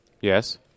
Yes